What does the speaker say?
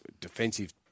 Defensive